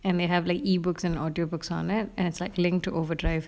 and they have like E_books and audio books on it and it's like linked to overdrive